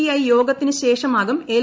I യോഗത്തിന് ശേഷമാകും L